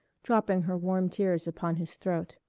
dropping her warm tears upon his throat.